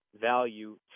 value